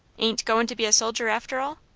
ain't goin' to be a soldier after all?